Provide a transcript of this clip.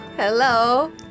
Hello